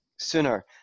Sooner